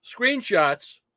screenshots